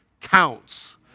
counts